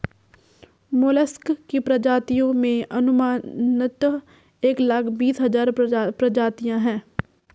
mollusc की प्रजातियों में अनुमानतः एक लाख बीस हज़ार प्रजातियां है